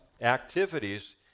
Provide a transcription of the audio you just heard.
activities